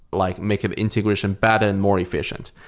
like make um integration better and more efficient,